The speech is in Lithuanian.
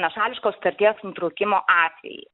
nešališkos sutarties nutraukimo atvejai